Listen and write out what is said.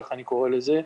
כך אני קורא לזה,